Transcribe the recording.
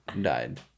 died